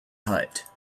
hut